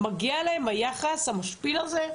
מגיע להם היחס המשפיל הזה?